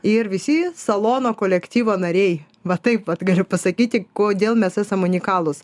ir visi salono kolektyvo nariai va taip vat galiu pasakyti kodėl mes esam unikalūs